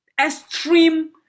extreme